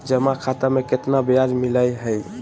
जमा खाता में केतना ब्याज मिलई हई?